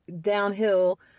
downhill